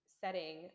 setting